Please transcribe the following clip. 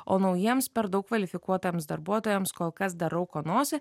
o naujiems per daug kvalifikuotiems darbuotojams kol kas dar rauko nosį